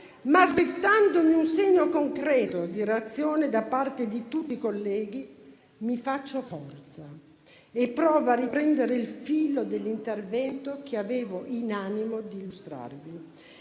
Ma, aspettandomi un segno concreto di reazione da parte di tutti i colleghi, mi faccio forza e provo a riprendere il filo dell'intervento che avevo in animo di illustrarvi.